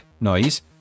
noise